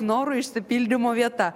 norų išsipildymo vieta